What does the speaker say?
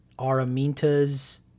Araminta's